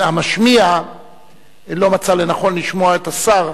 המשמיע לא מצא לנכון לשמוע את השר,